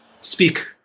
speak